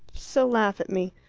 so laugh at me.